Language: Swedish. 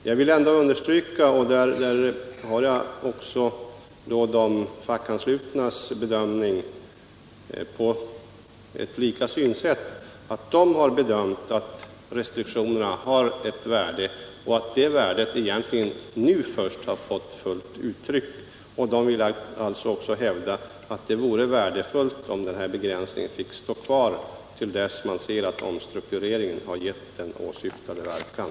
Jag vill ändå understryka — och här har de fackanslutna redovisat samma bedömning — att restriktionerna har ett värde och att det värdet egentligen först nu har kommit till uttryck. Från fackligt håll vill man också hävda att det vore värdefullt om denna begränsning fick fortsätta att gälla till dess man ser att omstruktureringen har fått åsyftad verkan.